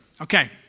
Okay